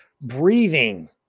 breathing